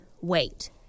wait